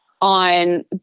on